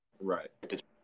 Right